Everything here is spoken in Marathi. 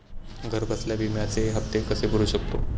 घरबसल्या विम्याचे हफ्ते कसे भरू शकतो?